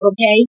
Okay